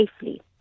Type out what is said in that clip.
safely